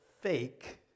fake